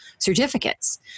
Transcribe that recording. certificates